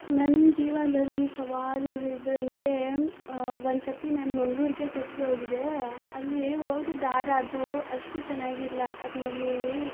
ನನ್ನ ಜೀವನದಲ್ಲಿ ಸವಾಲು ಹೆದ್ರಂತೆ ಒಂದ್ಸತ್ತಿ ನಾನು ಮಂಗ್ಳೂರಿಗೆ ಟ್ರಿಪ್ಗೆ ಹೋಗಿದ್ದೆ ಅಲ್ಲಿ ಹೋದ ದಾರಿ ಅದು ಅಷ್ಟು ಚೆನ್ನಾಗಿಲ್ಲ ಅದ್ನಲ್ಲಿ